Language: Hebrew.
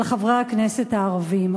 על חברי הכנסת הערבים.